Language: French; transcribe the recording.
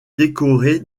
décoré